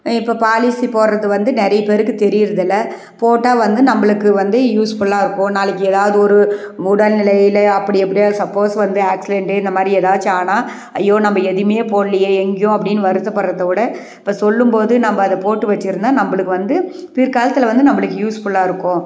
இப்போ பாலிசி போடுறது வந்து நிறைய பேருக்கு தெரிகிறதில்ல போட்டால் வந்து நம்மளுக்கு வந்து யூஸ்ஃபுல்லாக இருக்கும் நாளைக்கு ஏதாவது ஒரு உடல் நிலையில் அப்படி இப்படியா சப்போஸ் வந்து ஆக்ஸிடெண்டு இந்த மாதிரி ஏதாச்சும் ஆனால் ஐயோ நம்ம எதுவுமே போட்லையே எங்கேயும் அப்படின்னு வருத்தப்படுறத விட இப்போ சொல்லும்போது நம்ம அதை போட்டு வெச்சுருந்தா நம்மளுக்கு வந்து பிற்காலத்தில் வந்து நம்மளுக்கு யூஸ்ஃபுல்லாக இருக்கும்